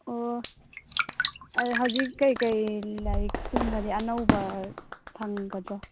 ꯑꯣ ꯍꯧꯖꯤꯛ ꯀꯩ ꯀꯩ ꯂꯥꯏꯔꯤꯛ ꯀꯨꯝꯕꯗꯤ ꯑꯅꯧꯕ ꯐꯪꯒꯗ꯭ꯔꯣ